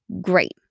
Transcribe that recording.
Great